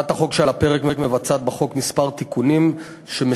הצעת החוק שעל הפרק מבצעת בחוק כמה תיקונים שמשפרים